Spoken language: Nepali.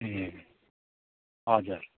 ए हजुर